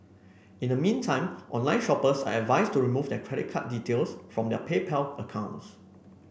in the meantime online shoppers are advised to remove their credit card details from their PayPal accounts